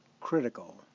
critical